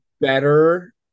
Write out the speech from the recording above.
better